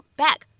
back